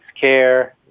Care